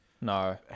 No